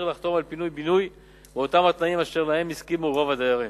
לחתום על פינוי-בינוי באותם תנאים אשר להם הסכימו רוב הדיירים.